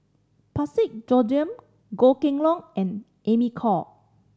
Parsick Joaquim Goh Kheng Long and Amy Khor